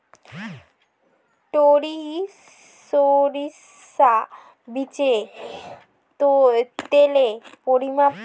টরি সরিষার বীজে তেলের পরিমাণ কত?